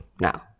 now